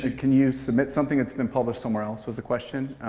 ah can you submit something that's been published somewhere else, was the question.